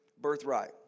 birthright